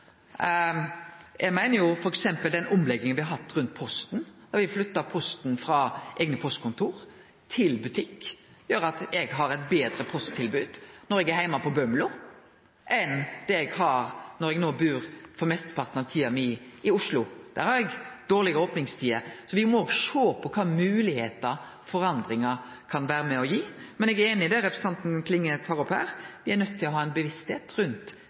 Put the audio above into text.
Eg meiner at f.eks. den omlegginga me har hatt rundt Posten, da me flytta posten frå eigne postkontor til butikk, gjer at eg har eit betre posttilbod når eg er heime på Bømlo enn det eg har når eg no – mesteparten av tida mi – bur i Oslo. Der har eg dårlege opningstider. Så me må òg sjå på kva moglegheiter forandringar kan vere med og gi. Men eg er einig i det representanten Klinge tek opp her. Me er nøydde til å ha ei bevisstheit rundt